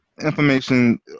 information